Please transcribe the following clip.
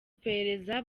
iperereza